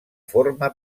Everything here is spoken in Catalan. forma